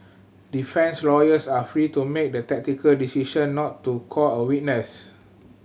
defence lawyers are free to make the tactical decision not to call a witness